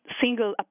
single